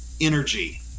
energy